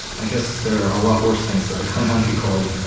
i guess there are a lot worse things, that a klingon could call you.